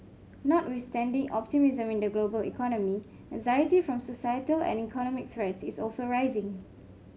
notwithstanding optimism in the global economy anxiety from societal and economic threats is also rising